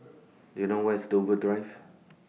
Do YOU know Where IS Dover Drive